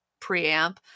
preamp